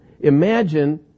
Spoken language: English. Imagine